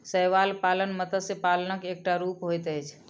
शैवाल पालन मत्स्य पालनक एकटा रूप होइत अछि